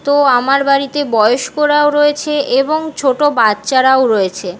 তো আমার বাড়িতে বয়স্করাও রয়েছে এবং ছোটো বাচ্ছারাও রয়েছে